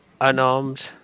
unarmed